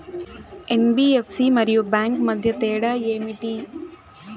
NBFC మరియు bank మధ్య తేడా ఏమిటీ?